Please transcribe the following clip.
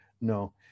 No